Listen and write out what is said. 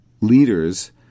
leaders